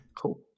Cool